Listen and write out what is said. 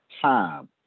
time